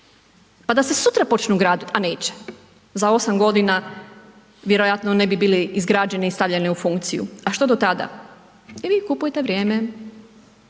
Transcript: Pa da se sutra počnu graditi a neće, za 8 godina vjerojatno ne bi bile izgrađene i stavljene u funkciju. A što do tada? I vi kupujete vrijeme.